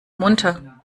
munter